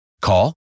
Call